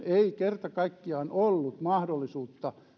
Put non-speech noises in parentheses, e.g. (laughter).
(unintelligible) ei kerta kaikkiaan ollut mahdollisuutta